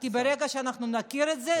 כי ברגע שאנחנו נכיר בזה,